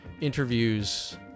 interviews